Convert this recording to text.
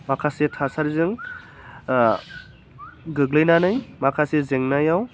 माखासे थासारिजों गोग्लैनानै माखासे जेंनायाव